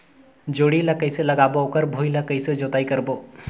जोणी ला कइसे लगाबो ओकर भुईं ला कइसे जोताई करबो?